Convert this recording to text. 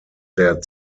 der